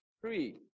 three